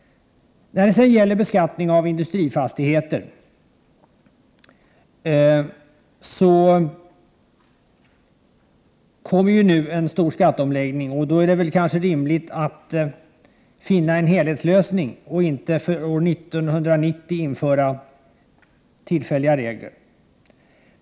När det gäller beskattningen av industrifastigheter vill jag peka på att det nu kommer en stor skatteomläggning. Med tanke på detta är det kanske rimligt att komma fram till en helhetslösning, i stället för att för år 1990 införa 23 tillfälliga regler.